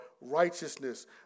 righteousness